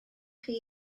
chi